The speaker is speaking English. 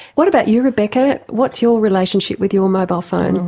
what about you rebecca, what's your relationship with your mobile phone?